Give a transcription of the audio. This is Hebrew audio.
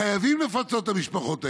חייבים לפצות את המשפחות האלה.